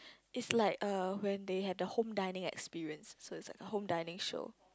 is like a when they have the home dining experience so it's like home dining show